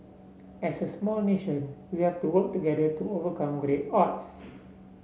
as a small nation we have to work together to overcome great odds